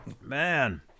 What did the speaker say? Man